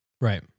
Right